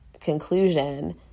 conclusion